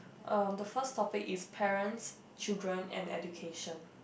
uh the first topic is parents children and education